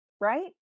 right